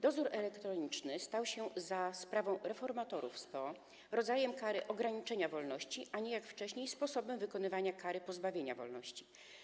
Dozór elektroniczny stał się za sprawą reformatorów z PO rodzajem kary ograniczenia wolności, a nie jak wcześniej sposobem wykonywania kary pozbawienia wolności.